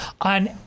on